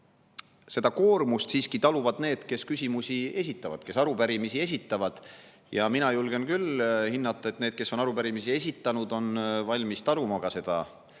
seda koormust siiski taluvad need, kes küsimusi esitavad, kes arupärimisi esitavad. Mina julgen küll hinnata, et need, kes on arupärimisi esitanud, on valmis taluma ka seda